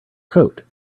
coat